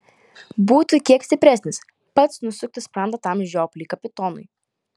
būtų kiek stipresnis pats nusuktų sprandą tam žiopliui kapitonui